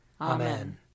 Amen